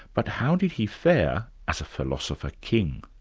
but how did he fare as a philosopher king?